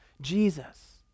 Jesus